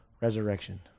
resurrection